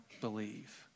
believe